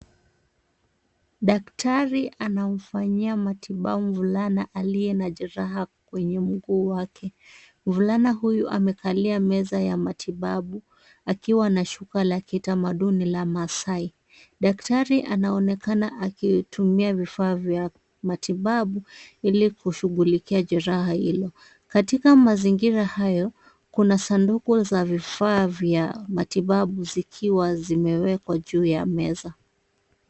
Daktari anamfanyia matibabu mvulana aliye na jeraha kwenye mguu wake. Mvulana huyu amekalia meza ya matibabu akiwa na shuka la kitamaduni la Maasai. Daktari anaonekana akitumia vifaa vya matibabu ili kushughulikia jeraha hiyo. Katika mazingira hayo kuna sanduku za vifaa vya matibabu zikiwa zimewekwa juu ya meza.